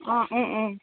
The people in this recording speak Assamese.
অঁ